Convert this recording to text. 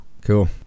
Cool